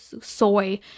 soy